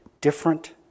different